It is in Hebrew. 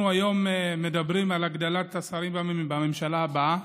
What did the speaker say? אנחנו היום מדברים על הגדלת מספר השרים בממשלה הבאה.